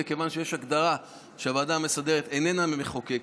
מכיוון שיש הגדרה שהוועדה המסדרת איננה מחוקקת,